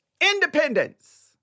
independence